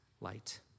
light